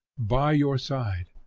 by your side.